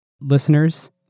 Listeners